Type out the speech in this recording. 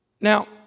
Now